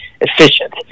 efficient